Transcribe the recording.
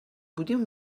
بودیم